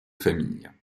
famille